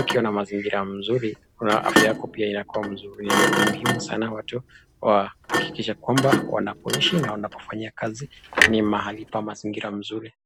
ikiwa na mazingira mzuri afya yako pia itakua mzuri, na ni muhimu sana watu akikisha kwamba wanapoishi na wanafanya kazi ni mahali pa mazingira mzuri.